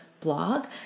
blog